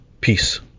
Peace